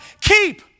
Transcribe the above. keep